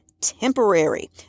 temporary